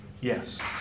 yes